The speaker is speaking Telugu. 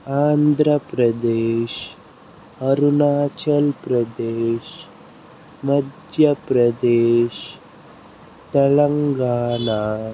ఆంధ్రప్రదేశ్ అరుణాచల్ ప్రదేశ్ మధ్యప్రదేశ్ తెలంగాణ